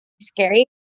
scary